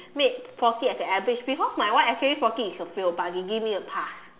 made forty as an average because my one actually forty is a fail but they gave me a pass